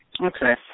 Okay